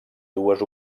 dues